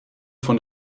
von